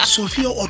Sophia